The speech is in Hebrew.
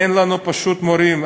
אין לנו פשוט מורים,